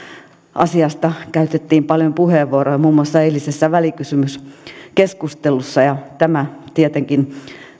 asiasta käytettiin paljon puheenvuoroja muun muassa eilisessä välikysymyskeskustelussa ja tämä asia tietenkin